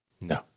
No